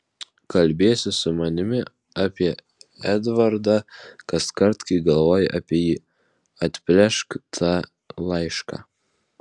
kalbiesi su manimi apie edvardą kaskart kai galvoji apie jį atplėšk tą laišką